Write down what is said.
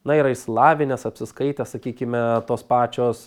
na yra išsilavinęs apsiskaitęs sakykime tos pačios